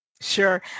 Sure